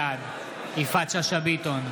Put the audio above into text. בעד יפעת שאשא ביטון,